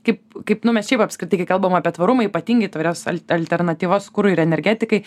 kaip kaip nu mes šiaip apskritai kai kalbam apie tvarumą ypatingai tvarios al alternatyvos kurui ir energetikai